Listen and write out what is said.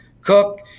cook